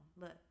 Look